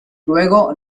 luego